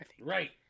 right